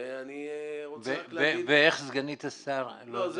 ואני רוצה רק להגיד --- ואיך סגנית השר --- לא,